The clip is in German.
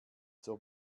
zur